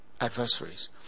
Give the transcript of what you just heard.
adversaries